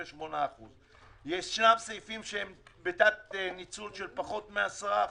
יש סעיפים שהם בתת-ניצול של פחות מ-10%.